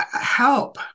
help